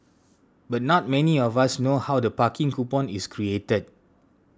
but not many of us know how the parking coupon is created